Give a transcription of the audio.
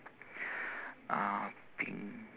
uh pink